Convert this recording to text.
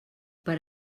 per